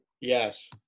Yes